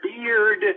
beard